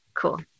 Cool